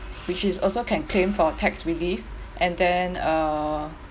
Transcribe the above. which is also can claim for a tax relief and then uh